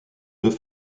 deux